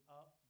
up